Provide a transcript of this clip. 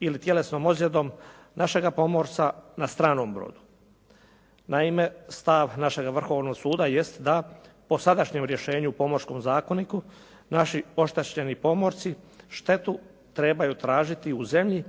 ili tjelesnom ozljedom našega pomorca na stranom brodu. Naime, stav našega Vrhovnog suda jest da po sadašnjem rješenju Pomorskom zakoniku, naši …/Govornik se ne razumije./… štetu trebaju tražiti u zemlji